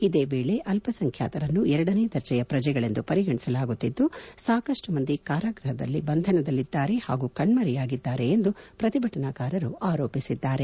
ಇದೇ ವೇಳೆ ಅಲ್ಲಾ ಸಂಖ್ಯಾತರನ್ನು ಎರಡನೇ ದರ್ಜೆಯ ಪ್ರಜೆಗಳೆಂದು ಪರಿಗಣಿಸಲಾಗುತ್ತಿದ್ದು ಸಾಕಷ್ನು ಮಂದಿ ಕಾರಾಗ್ಬಹದ ಬಂಧನದಲ್ಲಿದ್ದಾರೆ ಹಾಗೂ ಕಣ್ಮರೆಯಾಗಿದ್ದಾರೆ ಎಂದು ಪ್ರತಿಭಟನಕಾರರು ಆರೋಪಿಸಿದ್ದಾರೆ